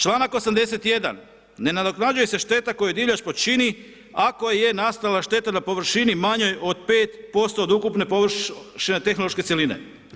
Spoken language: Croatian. Čl. 81. ne nadoknađuje se šteta koju divljač počini ako je nastala šteta na površini manjoj od 5% od ukupne površine tehnološke cjeline.